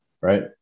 right